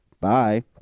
bye